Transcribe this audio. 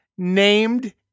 Named